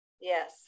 yes